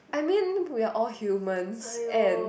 I mean we are all humans and